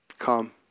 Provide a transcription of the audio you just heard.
Come